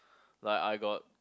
like I got